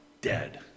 dead